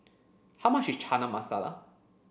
how much is Chana Masala